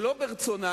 שלא ברצונה